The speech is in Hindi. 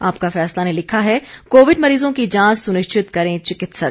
आपका फैसला ने लिखा है कोविड मरीजों की जांच सुनिश्चित करें चिकित्सक